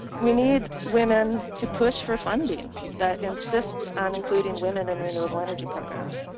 we need women to push for funding that insists on including women in renewable energy programs.